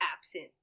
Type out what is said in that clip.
absent